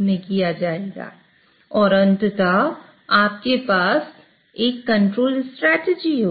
में किया जाएगा और अंततः आपके पास एक कंट्रोल स्ट्रेटजी होगी